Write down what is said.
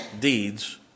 deeds